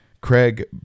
Craig